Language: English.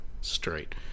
Straight